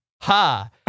ha